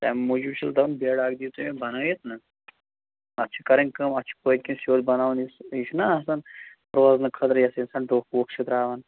تَمہِ موٗجوٗب چھُس دَپان بیڈ اَکھ دِیِو تُہۍ مےٚ بَنٲوِتھ نا اَتھ چھِ کَرٕنۍ کٲم اَتھ چھِ پٔتۍ کِنۍ سیوٚد بَناوُن یُس یہِ چھُنا آسان روزنہٕ خٲطرٕ یَس یژھان ڈوٚکھ ووٚکھ چھِ ترٛاوان